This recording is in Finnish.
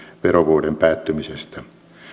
verovuoden päättymisestä